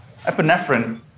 Epinephrine